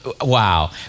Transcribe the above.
wow